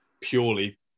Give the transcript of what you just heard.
purely